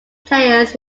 players